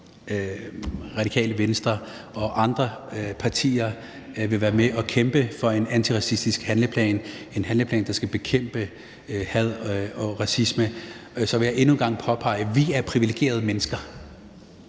Radikale Venstre og andre partier vil være med til at kæmpe for en antiracistisk handleplan; en handleplan, der skal bekæmpe had og racisme. Og så vil jeg endnu en gang påpege: Vi er privilegerede mennesker;